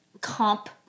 Comp